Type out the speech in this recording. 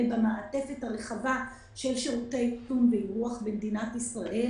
במעטפת הרחבה של שירותי אירוח במדינת ישראל.